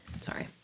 Sorry